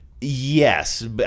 Yes